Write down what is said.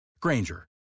Granger